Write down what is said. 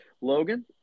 Logan